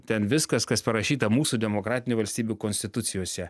ten viskas kas parašyta mūsų demokratinių valstybių konstitucijose